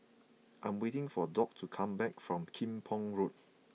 I'm waiting for Dock to come back from Kim Pong Road